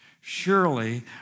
surely